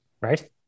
right